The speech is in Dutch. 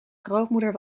grootmoeder